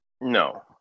no